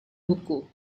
buku